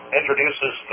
introduces